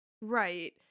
Right